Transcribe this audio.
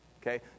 Okay